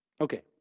Okay